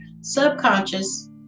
subconscious